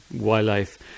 wildlife